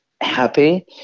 happy